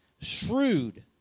shrewd